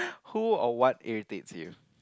who or what irritates you